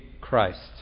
Christ